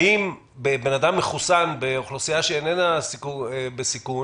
האם אדם מחוסן באוכלוסייה שאיננה בסיכון